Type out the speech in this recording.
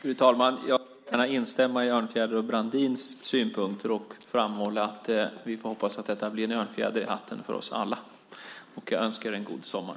Fru talman! Jag vill gärna instämma i Örnfjäders och Brandins synpunkter och framhålla att vi får hoppas att detta blir en örnfjäder i hatten för oss alla. Jag önskar er en god sommar.